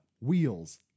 Wheels